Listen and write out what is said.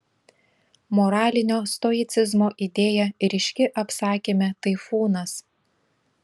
moralinio stoicizmo idėja ryški apsakyme taifūnas